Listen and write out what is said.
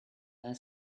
their